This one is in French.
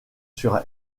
sur